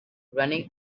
running